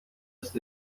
دست